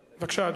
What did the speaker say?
בבקשה.